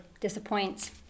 disappoints